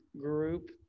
group